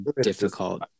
difficult